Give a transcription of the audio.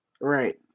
Right